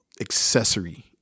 accessory